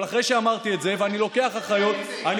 אבל אחרי שאמרתי את זה, ואני לוקח אחריות, אם זה?